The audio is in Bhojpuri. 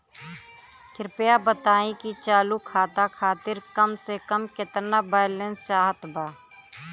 कृपया बताई कि चालू खाता खातिर कम से कम केतना बैलैंस चाहत बा